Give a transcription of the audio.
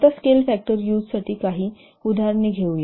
आता scale factor यूजसाठी काही उदाहरणे पटकन घेऊ